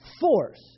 force